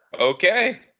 Okay